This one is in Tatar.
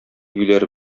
юләр